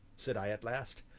said i at last,